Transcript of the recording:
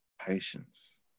patience